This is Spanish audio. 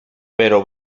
pero